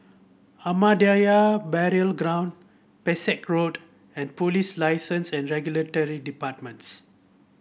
Ahmadiyya Burial Ground Pesek Road and Police License and Regulatory Departments